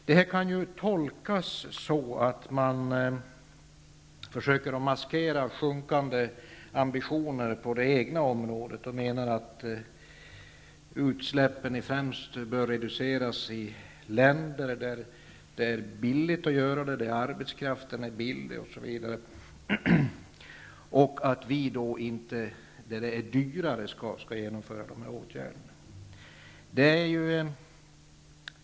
Det här kan tolks så, att man försöker maskera sjunkande ambitioner på det egna området och menar att utsläppen främst bör reduceras i länder där det är billigt att göra det, där arbetskraften är billig, osv. och att vi inte här, där det är dyrare, skall genomföra de åtgärderna.